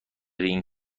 این